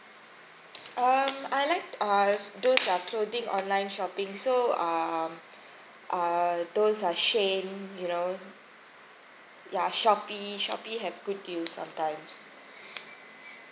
um I like uh those are clothing online shopping so uh uh those are shein you know ya shopee shopee have good deals sometimes